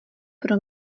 pro